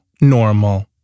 Normal